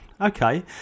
Okay